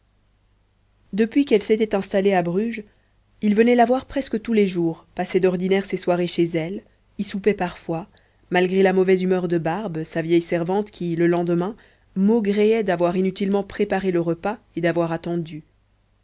depuis qu'elle s'était installée à bruges il venait la voir presque tous les jours passait d'ordinaire ses soirées chez elle y soupait parfois malgré la mauvaise humeur de barbe sa vieille servante qui le lendemain maugréait d'avoir inutilement préparé le repas et d'avoir attendu